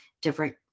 different